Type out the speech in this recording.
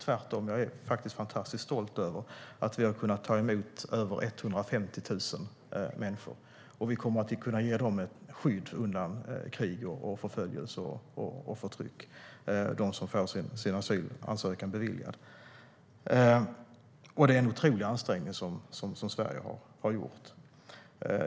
Tvärtom, jag är fantastiskt stolt över att vi har kunnat ta emot över 150 000 människor och ge skydd undan krig, förföljelse och förtryck till den som får sin asylansökan beviljad. Det är en otrolig ansträngning som Sverige har gjort.